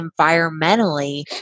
environmentally